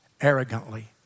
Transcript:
arrogantly